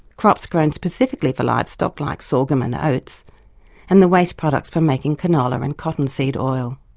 crops grown specifically for livestock like sorghum and oats and the waste products from making canola and cotton seed oil.